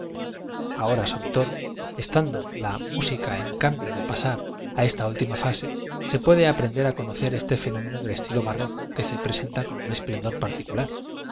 ahora sobre todo estando la música en camído de pa sar á esta última fase se puede aprender á conocer este fenómodo del estilo barroco que se presenta con un esplendor particular